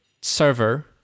server